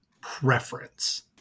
preference